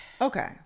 Okay